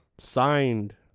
Signed